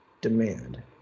demand